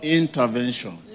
intervention